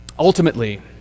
Ultimately